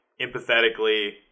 empathetically